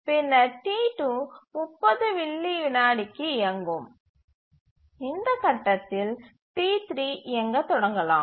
பின்னர் T2 30 milli விநாடிக்கு இயங்கும் இந்த கட்டத்தில் T3 இயக்கத் தொடங்கலாம்